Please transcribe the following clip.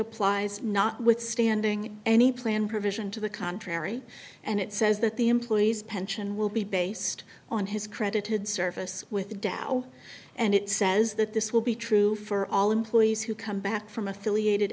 applies notwithstanding any plan provision to the contrary and it says that the employee's pension will be based on his credited service with tao and it says that this will be true for all employees who come back from affiliated